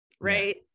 right